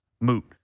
moot